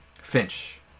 Finch